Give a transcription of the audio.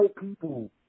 people